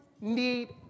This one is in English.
need